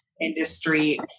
industry